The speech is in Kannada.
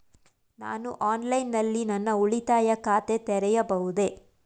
ನಾನು ಆನ್ಲೈನ್ ನಲ್ಲಿ ನನ್ನ ಉಳಿತಾಯ ಖಾತೆ ತೆರೆಯಬಹುದೇ?